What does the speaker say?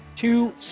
two